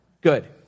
Good